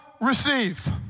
receive